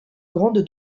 grande